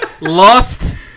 lost